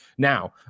Now